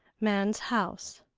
man's house.